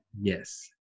Yes